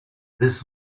this